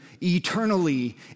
eternally